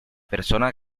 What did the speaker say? persona